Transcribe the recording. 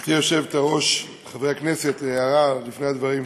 גברתי היושבת-ראש, חברי הכנסת, הערה לפני הדברים,